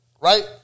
Right